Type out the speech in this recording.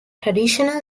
traditional